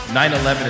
9-11